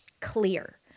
clear